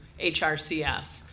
HRCS